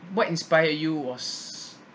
what inspired you was